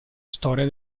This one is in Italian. storia